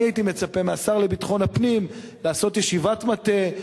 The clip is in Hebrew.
הייתי מצפה מהשר לביטחון הפנים לעשות ישיבת מטה,